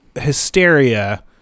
Hysteria